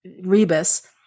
Rebus –